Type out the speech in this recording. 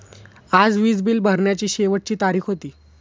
आज वीज बिल भरण्याची शेवटची तारीख होती